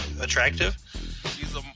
attractive